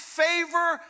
favor